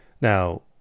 Now